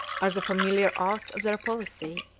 are the familiar arts of their policy.